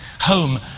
Home